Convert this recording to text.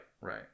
right